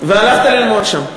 והלכת ללמוד שם.